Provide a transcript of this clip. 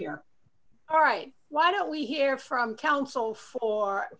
here all right why don't we hear from counsel for